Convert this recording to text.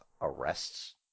arrests